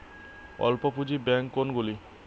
অল্প পুঁজি ব্যাঙ্ক কোনগুলি?